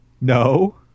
No